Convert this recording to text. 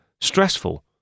stressful